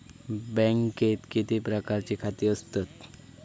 बँकेत किती प्रकारची खाती असतत?